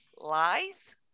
lies